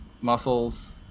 muscles